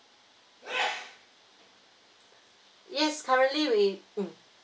yes currently we mm